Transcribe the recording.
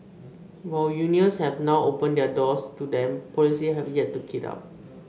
while unions have now opened their doors to them policies have yet to keep up